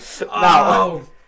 No